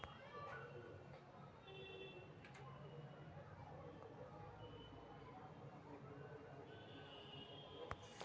भारत में वाणिज्यिक बैंक सभके विनियमन आर.बी.आई द्वारा कएल जाइ छइ